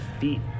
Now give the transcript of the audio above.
feet